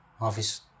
office